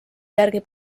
järgi